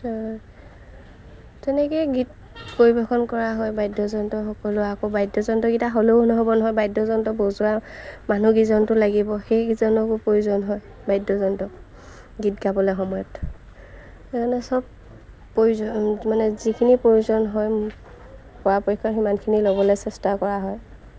তেনেকৈয়ে গীত পৰিৱেশন কৰা হয় বাদ্যযন্ত্ৰ সকলো আকৌ বাদ্যযন্ত্ৰকেইটা হ'লেও নহ'ব নহয় বাদ্যযন্ত্ৰ বজোৱা মানুহকেইজনতো লাগিব সেইকেইজনকো প্ৰয়োজন হয় বাদ্যযন্ত্ৰ গীত গাবলৈ সময়ত সেইকাৰণে সব প্ৰয়োজন মানে যিখিনি প্ৰয়োজন হয় পৰাপক্ষত সিমানখিনি ল'বলৈ চেষ্টা কৰা হয়